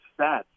stats